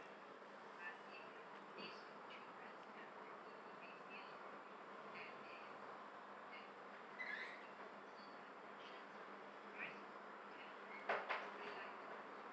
okay true